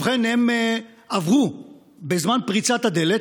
ובכן, הם עברו בזמן פריצת הדלת,